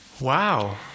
Wow